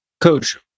Coach